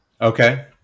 Okay